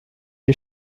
die